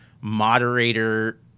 moderator